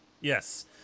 Yes